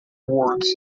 awards